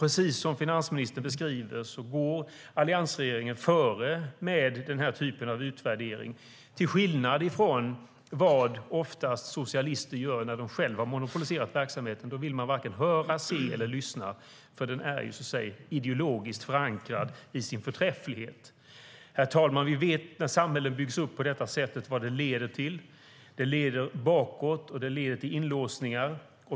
Precis som finansministern beskriver går alliansregeringen före med den här typen av utvärdering, till skillnad från vad socialister oftast gör när de själva har monopoliserat verksamheten. Då vill de varken höra, se eller lyssna, för de är ideologiskt förankrade i sin förträfflighet. Herr talman! När samhällen byggs upp på detta sätt vet vi vad det leder till. Det leder bakåt, och det leder till inlåsningar.